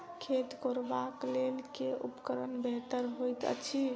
खेत कोरबाक लेल केँ उपकरण बेहतर होइत अछि?